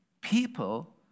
People